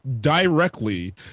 directly